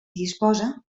disposa